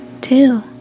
Two